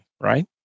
right